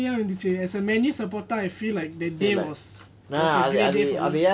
செமயாஇருந்துச்சு:semaya irunthuchu as a man U supporter I feel like that day was was a great day for me